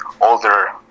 older